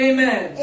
Amen